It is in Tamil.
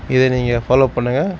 இதே நீங்கள் ஃபாலோ பண்ணுங்கள்